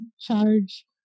charge